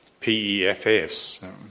PEFs